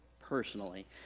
personally